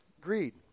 greed